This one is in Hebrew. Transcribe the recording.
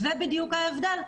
אז זה בדיוק ההבדל.